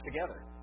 together